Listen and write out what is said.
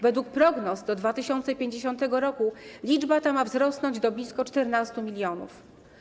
Według prognoz do 2050 r. liczba ta ma wzrosnąć do blisko 14 mln.